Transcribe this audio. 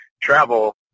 travel